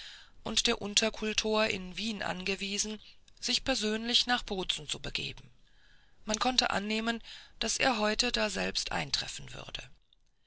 und der unterkultor in wien angewiesen sich persönlich nach bozen zu begeben man konnte annehmen daß er heute daselbst eintreffen würde